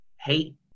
hate